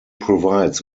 provides